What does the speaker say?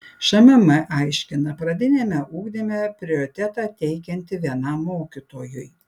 šmm aiškina pradiniame ugdyme prioritetą teikianti vienam mokytojui